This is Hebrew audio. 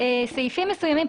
סעיפים מסוימים,